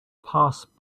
pass